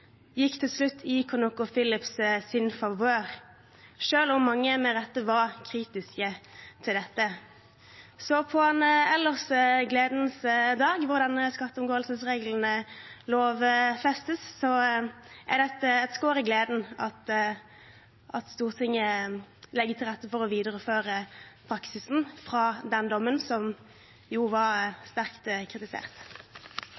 gikk til slutt i ConocoPhillips’ favør, selv om mange med rette var kritiske til dette. På en ellers gledens dag – hvor skatteomgåelsesreglene lovfestes – er det et skår i gleden at Stortinget legger til rette for å videreføre praksisen fra den dommen, som jo